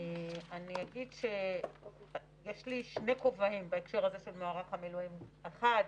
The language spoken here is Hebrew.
אני אגיד שיש לי שני כובעים בהקשר הזה של מערך המילואים: אחד,